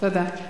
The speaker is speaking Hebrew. תודה.